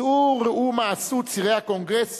צאו וראו מה עשו צירי הקונגרס